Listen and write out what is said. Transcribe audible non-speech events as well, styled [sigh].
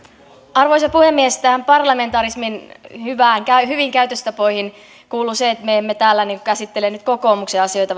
arvoisa puhemies parlamentarismin hyviin käytöstapoihin kuuluu se että me emme täällä käsittele nyt kokoomuksen asioita [unintelligible]